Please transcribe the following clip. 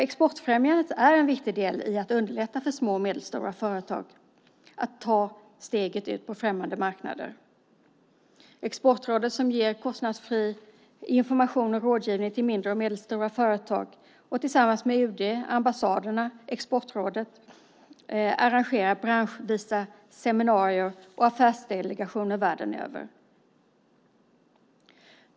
Exportfrämjandet är en viktig del i att underlätta för små och medelstora företag att ta steget ut på främmande marknader. Exportrådet ger kostnadsfri information och rådgivning till mindre och medelstora företag och arrangerar, tillsammans med UD, ambassaderna och Exportrådet, branschvisa seminarier och affärsdelegationer världen över.